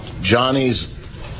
Johnny's